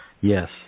Yes